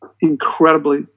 incredibly